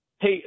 Hey